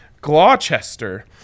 Gloucester